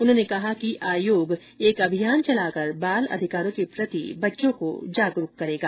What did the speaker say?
उन्होंने कहा कि आयोग अब एक अभियान चलाकर बाल अधिकारों के प्रति बच्चों को जागृत करेगा